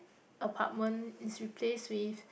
apartment is replaced with